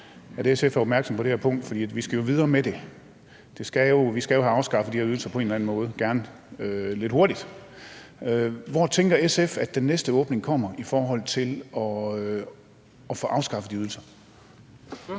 at SF er opmærksom på det her punkt, for vi skal videre med det. Vi skal jo på en eller anden måde have afskaffet de her ydelser, gerne lidt hurtigt. Hvor tænker SF at den næste åbning kommer i forhold til at få afskaffet de ydelser? Kl.